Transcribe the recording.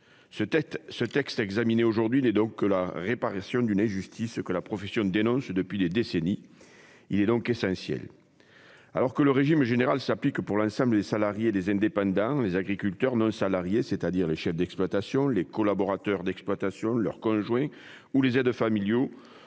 présente proposition de loi n'est donc que la réparation d'une injustice que la profession dénonce depuis des décennies. À ce titre, elle est essentielle. Alors que le régime général s'applique à l'ensemble des salariés et des indépendants, les agriculteurs non-salariés, c'est-à-dire les chefs d'exploitation, les collaborateurs d'exploitation, leurs conjoints ou les aides familiaux,